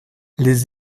les